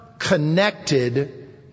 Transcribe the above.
Connected